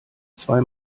zwei